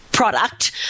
product